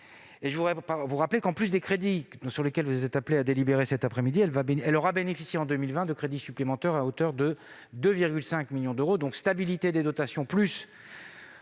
et confisqués. De surcroît, en plus des crédits sur lesquels vous êtes appelés à délibérer cet après-midi, elle aura bénéficié, en 2020, de crédits supplémentaires à hauteur de 2,5 millions d'euros. Une stabilité des dotations à